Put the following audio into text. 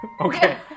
Okay